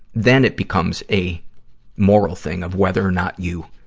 then it becomes a moral thing, of whether or not you,